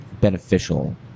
beneficial